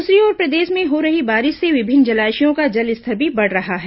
दूसरी ओर प्रदेश में हो रही बारिश से विभिन्न जलाशयों का जलस्तर भी बढ़ रहा है